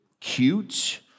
cute